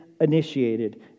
initiated